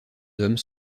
hommes